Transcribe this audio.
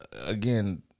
again